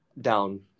down